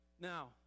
Now